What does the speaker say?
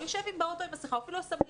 הוא יושב באוטו עם מסכה